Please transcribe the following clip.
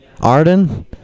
arden